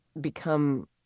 become